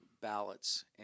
ballots